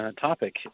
topic